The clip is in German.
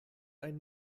ein